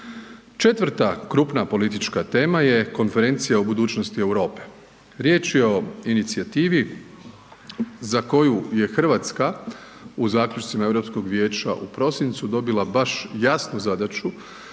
Četvrta krupna politička tema je Konferencija o budućnosti Europe. Riječ je o inicijativi za koju je RH u zaključcima Europskog Vijeća u prosincu dobila baš jasnu zadaću